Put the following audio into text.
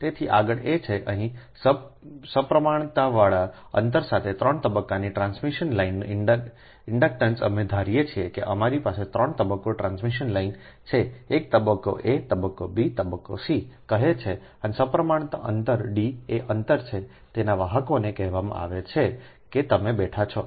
તેથી આગળ એ છે કે અહીં સપ્રમાણતાવાળા અંતર સાથે 3 તબક્કાની ટ્રાન્સમિશન લાઇનનો ઇન્ડકટન્સ અમે ધારીએ છીએ કે અમારી પાસે 3 તબક્કો ટ્રાન્સમિશન લાઇન છે એક તબક્કો a તબક્કો b તબક્કો c કહે છે અને સપ્રમાણતા અંતર D એ અંતર છે તેના વાહકોને કહેવામાં આવે છે કે તમે બેઠા છો